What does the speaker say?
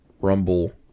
Rumble